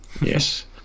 yes